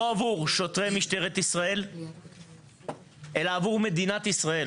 לא עבור שוטרי משטרת ישראל, אלא עבור מדינת ישראל.